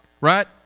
right